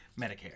medicare